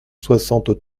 soixante